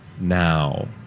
now